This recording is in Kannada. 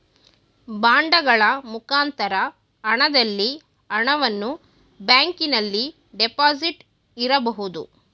ಬಾಂಡಗಳ ಮುಖಾಂತರ ಹಣದಲ್ಲಿ ಹಣವನ್ನು ಬ್ಯಾಂಕಿನಲ್ಲಿ ಡೆಪಾಸಿಟ್ ಇರಬಹುದು